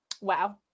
Wow